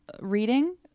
reading